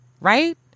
right